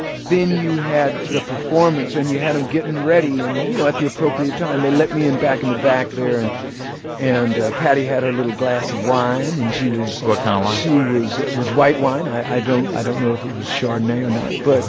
then you had the performance, and you had them getting ready. and you know, at the appropriate time, they let me in back in the back there. and and ah patti had her little glass of wine, and she was. what kind of wine? it was white wine. i don't i don't know if it was chardonnay or not. but